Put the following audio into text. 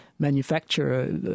manufacturer